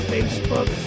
Facebook